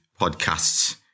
podcasts